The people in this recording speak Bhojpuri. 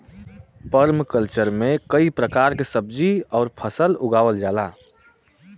पर्मकल्चर में कई प्रकार के सब्जी आउर फसल उगावल जाला